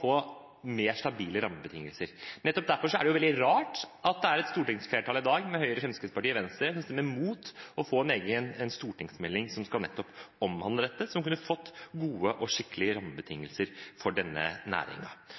å få mer stabile rammebetingelser. Nettopp derfor er det veldig rart at det er et stortingsflertall i dag, med Høyre, Fremskrittspartiet og Venstre, som stemmer mot å få en stortingsmelding som skal omhandle nettopp dette, og som kunne gitt gode og skikkelige rammebetingelser for denne